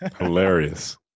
Hilarious